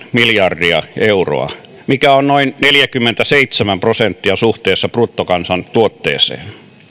miljardia euroa mikä on noin neljäkymmentäseitsemän prosenttia suhteessa bruttokansantuotteeseen